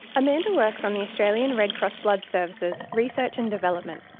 amanda works on the australian red cross blood service's research and development.